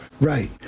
Right